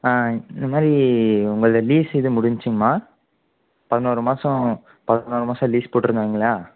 ஆ இந்த மாதிரி உங்களது லீஸ் இது முடிஞ்சிச்சும்மா பதினோரு மாதம் பதினோரு மாதம் லீஸ் போட்டுருந்தாங்க இல்லையா